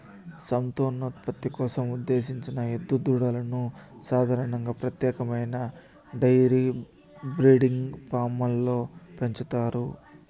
సంతానోత్పత్తి కోసం ఉద్దేశించిన ఎద్దు దూడలను సాధారణంగా ప్రత్యేకమైన డెయిరీ బ్రీడింగ్ ఫామ్లలో పెంచుతారు